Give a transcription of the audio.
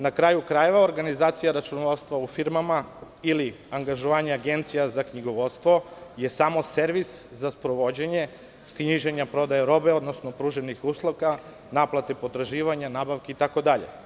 Na kraju krajeva, organizacija računovodstva u firmama ili angažovanje agencija za knjigovodstvo je samo servis za sprovođenje knjiženja prodaje robe, odnosno pruženih usluga, naplate potraživanja, nabavki itd.